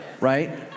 right